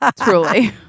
Truly